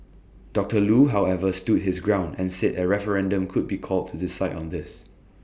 doctor Loo however stood his ground and said A referendum could be called to decide on this